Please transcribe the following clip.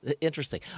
Interesting